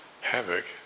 havoc